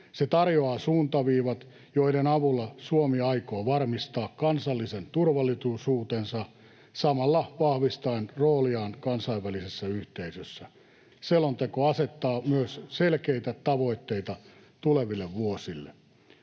Se tarjoaa suuntaviivat, joiden avulla Suomi aikoo varmistaa kansallisen turvallisuutensa samalla vahvistaen rooliaan kansainvälisessä yhteisössä. Selonteko asettaa myös selkeitä tavoitteita tuleville vuosille.